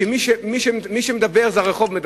שמי שמדבר, זה הרחוב.